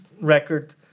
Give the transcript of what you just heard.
record